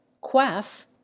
quaff